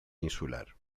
insular